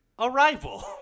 Arrival